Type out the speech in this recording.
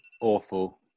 awful